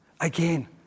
Again